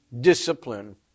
discipline